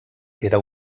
era